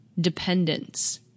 dependence